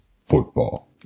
Football